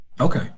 Okay